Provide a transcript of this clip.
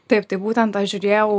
taip tai būtent aš žiūrėjau